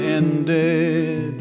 ended